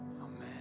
Amen